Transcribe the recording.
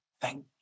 thank